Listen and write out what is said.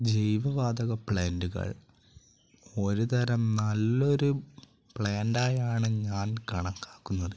ജൈവവാതക പ്ലാൻറുകൾ ഒരു തരം നല്ലൊരു പ്ലാന്റ് ആയാണ് ഞാൻ കണക്കാക്കുന്നത്